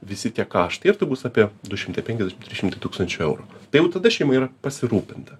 visi tie kaštai ir tai bus apie du šimtai penkiasdešim trys šimtai tūkstančių eurų tai jau tada šeima yra pasirūpinta